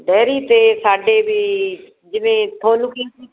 dairy 'ਤੇ ਸਾਡੇ ਵੀ ਜਿਵੇਂ ਤੁਹਾਨੂੰ ਕੀ